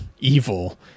evil